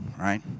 right